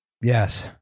Yes